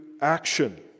action